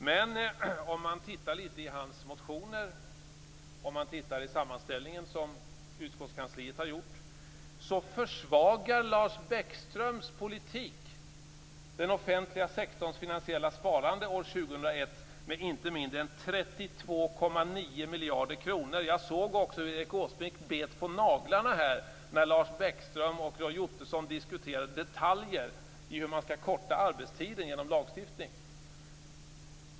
Men om man tittar litet i hans motioner och i den sammanställning som utskottskansliet har gjort ser man att hans politik försvagar den offentliga sektorns finansiella sparande år 2001 med inte mindre än 32,9 miljarder kronor. Jag såg också hur Erik Åsbrink bet på naglarna när Lars Bäckström och Roy Ottosson diskuterade detaljer i hur man skall korta arbetstiden genom lagstiftning.